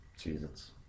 Jesus